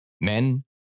Men